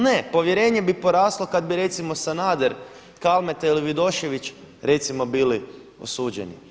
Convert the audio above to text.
Ne, povjerenje bi poraslo kada bi recimo Sanader, Kalmeta ili Vidošević recimo bili osuđeni.